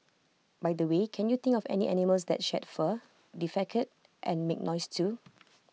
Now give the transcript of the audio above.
by the way can you think of any animals that shed fur defecate and make noise too